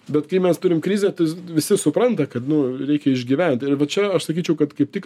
bet kai mes turim krizę tai visi supranta kad nu reikia išgyventi ir va čia aš sakyčiau kad kaip tik